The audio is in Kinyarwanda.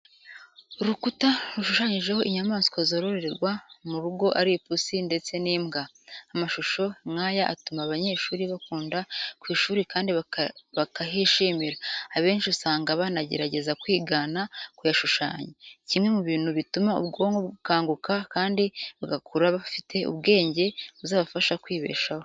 Urukuta rushushanyijeho inyamaswa zororerwa mu rugo ari ipusi ndetse n'imbwa. Amashusho nk'aya atuma abanyeshuri bakunda ku ishuri kandi bakahishimira. Abenshi usanga banagerageza kwigana kuyashushanya, kimwe mu bintu bituma ubwonko bukanguka kandi bagakura bafite ubwenge buzabafasha kwibeshaho.